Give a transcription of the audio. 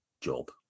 job